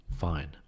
fine